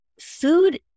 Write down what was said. food